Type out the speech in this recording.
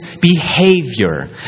behavior